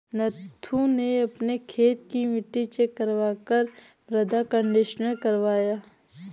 नथु ने अपने खेत की मिट्टी चेक करवा कर मृदा कंडीशनर करवाया